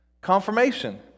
confirmation